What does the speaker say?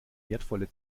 wertvolle